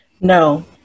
No